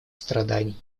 страданий